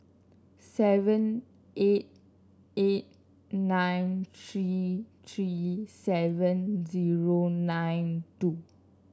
seven eight eight nine three three seven zero nine two